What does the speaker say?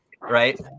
right